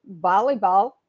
volleyball